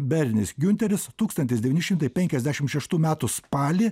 bernis giunteris tūkstantis devyni šimtai penkiasdešim šeštų metų spalį